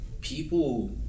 People